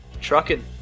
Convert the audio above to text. Trucking